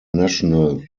national